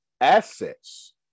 assets